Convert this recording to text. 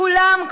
כולם,